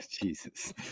Jesus